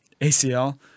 acl